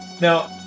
Now